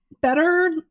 better